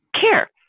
care